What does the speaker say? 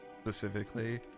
specifically